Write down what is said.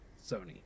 Sony